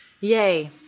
Yay